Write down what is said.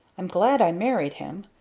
i'm glad i married him!